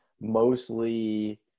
mostly